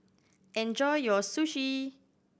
enjoy your Sushi